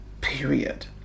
period